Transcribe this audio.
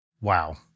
Wow